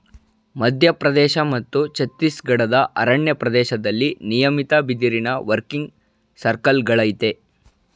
ಮಧ್ಯಪ್ರದೇಶ ಮತ್ತು ಛತ್ತೀಸ್ಗಢದ ಅರಣ್ಯ ಪ್ರದೇಶ್ದಲ್ಲಿ ನಿಯಮಿತ ಬಿದಿರಿನ ವರ್ಕಿಂಗ್ ಸರ್ಕಲ್ಗಳಯ್ತೆ